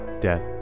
death